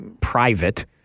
private